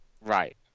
Right